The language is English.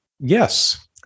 Yes